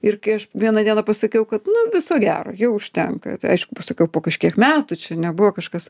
ir kai aš vieną dieną pasakiau kad nu viso gero jau užtenka aišku pasakiau po kažkiek metų čia nebuvo kažkas